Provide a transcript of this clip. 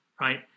right